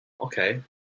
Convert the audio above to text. Okay